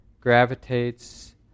gravitates